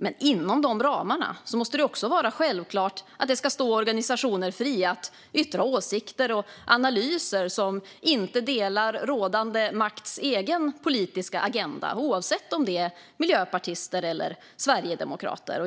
Men inom dessa ramar måste det vara självklart att det ska stå organisationer fritt att yttra åsikter och analyser som inte överensstämmer med rådande makts egen politiska agenda, oavsett om det är miljöpartister eller sverigedemokrater.